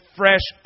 fresh